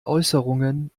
äußerungen